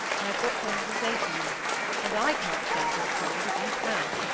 i have got something to say to you and i can't stand this cold, if you can